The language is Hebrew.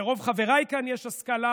לרוב חבריי כאן יש השכלה,